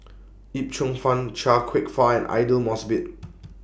Yip Cheong Fun Chia Kwek Fah and Aidli Mosbit